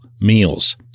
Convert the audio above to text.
meals